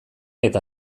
eta